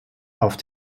auf